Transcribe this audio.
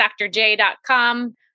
drj.com